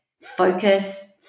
focus